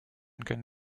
can